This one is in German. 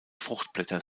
fruchtblätter